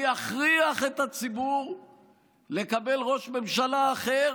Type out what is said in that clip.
אני אכריח את הציבור לקבל ראש ממשלה אחר